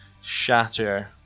shatter